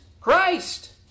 Christ